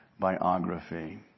biography